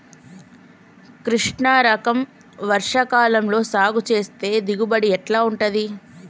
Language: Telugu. కృష్ణ రకం వర్ష కాలం లో సాగు చేస్తే దిగుబడి ఎట్లా ఉంటది?